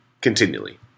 continually